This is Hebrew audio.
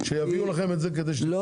שיביאו לכם את זה כדי ---?